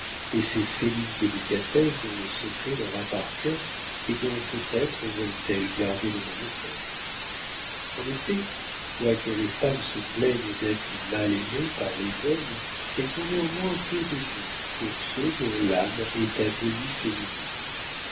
et ces félines délicatesses dont le secret leur appartient et dont peut-être veulent-elles garder le monopole en effet quoique les femmes se plaignent d'être mal aimées par les hommes elles ont néanmoins peu de goût pour ceux dont l'âme est à demi féminine